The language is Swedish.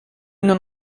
nån